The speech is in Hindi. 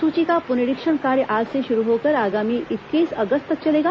सूची का पुनरीक्षण कार्य आज से शुरू होकर आगामी इक्कीस अगस्त तक चलेगा